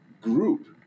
group